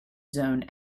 zone